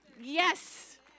Yes